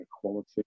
quality